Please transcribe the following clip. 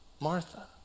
Martha